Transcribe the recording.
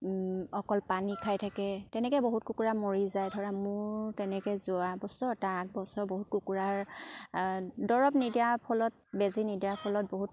অকল পানী খাই থাকে তেনেকে বহুত কুকুৰা মৰি যায় ধৰা মোৰ তেনেকে যোৱা বছৰ তাৰ আগবছৰ বহুত কুকুৰাৰ দৰৱ নিদিয়াৰ ফলত বেজী নিদিয়াৰ ফলত বহুত